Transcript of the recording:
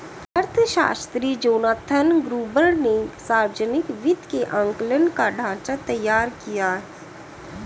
अर्थशास्त्री Jonathan Gruber ने सावर्जनिक वित्त के आंकलन का ढाँचा तैयार किया है